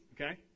okay